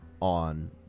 on